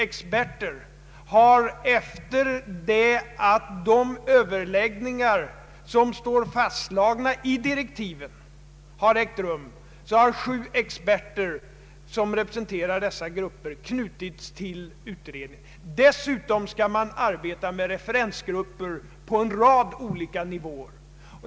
Efter att de överläggningar som fastslagits i direktiven har ägt rum, har sju experter som representerar dessa grupper knutits till utredningen. Dessutom skall man arbeta med referensgrupper på en rad olika nivåer.